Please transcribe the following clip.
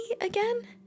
again